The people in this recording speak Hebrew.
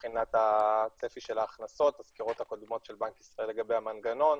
הן מבחינת הצפי של ההכנסות והסקירות הקודמות של בנק ישראל לגבי המנגנון.